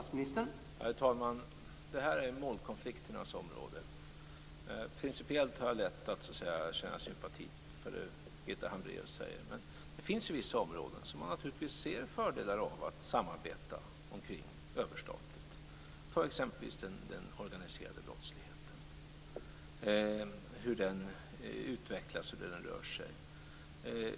Herr talman! Det här är målkonflikternas område. Principiellt har jag lätt att känna sympati för det Birgitta Hambraeus säger, men det finns vissa områden som man ser vissa fördelar av att samarbeta kring överstatligt. Ta exempelvis den organiserade brottsligheten, hur den utvecklas och hur den rör sig.